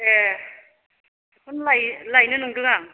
ए बेखौनो लायनो नंदों आं